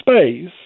space